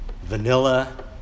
vanilla